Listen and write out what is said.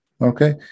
Okay